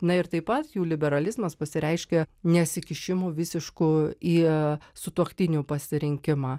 na ir taip pat jų liberalizmas pasireiškia nesikišimu visišku į sutuoktinių pasirinkimą